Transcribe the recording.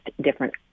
different